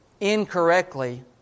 incorrectly